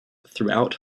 throughout